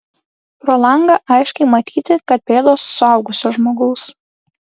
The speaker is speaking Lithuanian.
pro langą aiškiai matyti kad pėdos suaugusio žmogaus